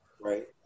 right